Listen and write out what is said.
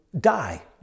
die